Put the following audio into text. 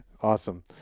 awesome